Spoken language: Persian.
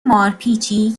مارپیچی